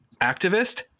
Activist